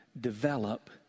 Develop